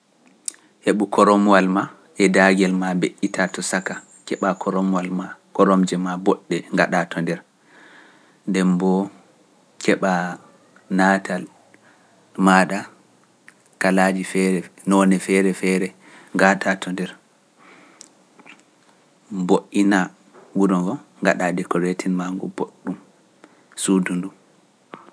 Heɓu koromwal maa e daagel maa mbeƴƴita to saka keɓa koromwal maa, koromje maa boɗɗe ngaɗa to nder, nde mboo keɓa natal maaɗa kalaaji feere noone feere feere ngata to nder, mboo ina wuro ngo ngaɗa dekol rewtima ngu boɗɗum suudu ndu.